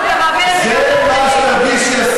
זה מה שתרגישי,